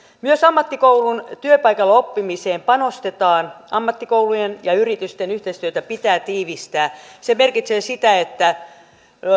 myös ammattikoulun työpaikalla oppimiseen panostetaan ammattikoulujen ja yritysten yhteistyötä pitää tiivistää se merkitsee sitä että